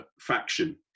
faction